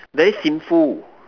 very sinful